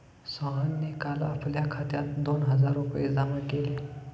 सोहनने काल आपल्या खात्यात दोन हजार रुपये जमा केले